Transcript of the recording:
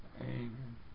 Amen